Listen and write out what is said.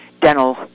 dental